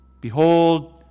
Behold